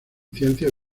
ciencias